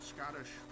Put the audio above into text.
Scottish